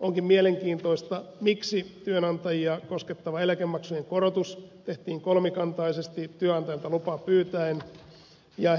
onkin mielenkiintoista miksi työnantajia koskettava eläkemaksujen korotus tehtiin kolmikantaisesti työnantajilta lupa pyytäen ja